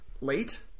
late